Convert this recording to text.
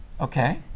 Okay